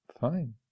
fine